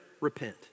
repent